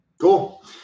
Cool